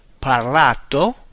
Parlato